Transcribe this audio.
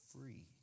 free